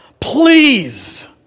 please